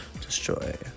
Destroy